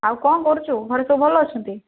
ଆଉ କ'ଣ କରୁଛୁ ଘରେ ସବୁ ଭଲ ଅଛନ୍ତି